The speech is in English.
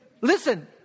listen